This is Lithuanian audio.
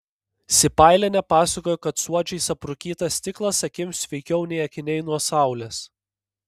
sipailienė pasakojo kad suodžiais aprūkytas stiklas akims sveikiau nei akiniai nuo saulės